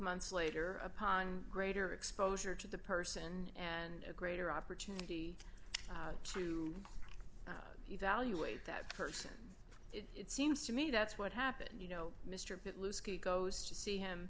months later upon greater exposure to the person and a greater opportunity to evaluate that person it seems to me that's what happened you know mr goes to see him